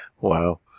Wow